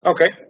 Okay